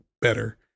better